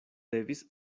devis